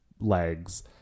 legs